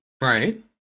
Right